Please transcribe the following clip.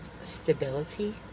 stability